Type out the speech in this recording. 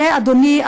אדוני,